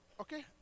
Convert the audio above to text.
Okay